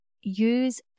use